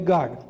God